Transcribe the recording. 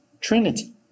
trinity